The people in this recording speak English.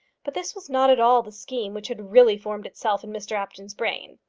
but this was not at all the scheme which had really formed itself in mr apjohn's brain.